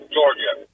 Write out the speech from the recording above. Georgia